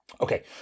Okay